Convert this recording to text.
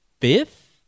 fifth